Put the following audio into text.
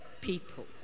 people